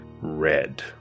red